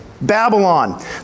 Babylon